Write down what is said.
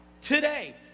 today